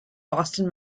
boston